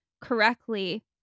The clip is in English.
correctly